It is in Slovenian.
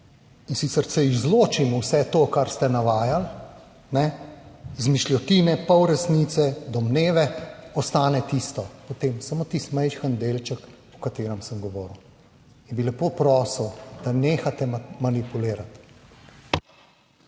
in sicer se izločimo vse to kar ste navajali, ne, izmišljotine, pol resnice, domneve, ostane tisto potem samo tisti majhen delček o katerem sem govoril in bi lepo prosil, da nehate manipulirati.